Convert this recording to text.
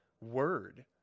word